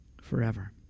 forever